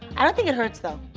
i don't think it hurts, though.